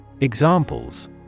Examples